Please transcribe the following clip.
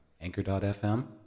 Anchor.fm